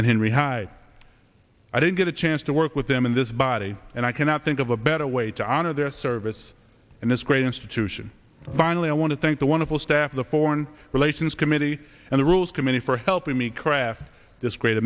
and henry hyde i didn't get a chance to work with them in this body and i cannot think of a better way to honor their service and this great institution finally i want to thank the wonderful staff of the foreign relations committee and the rules committee for helping me craft this great